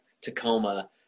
Tacoma